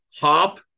hop